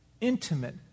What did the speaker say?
intimate